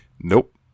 Nope